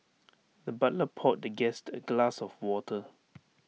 the butler poured the guest A glass of water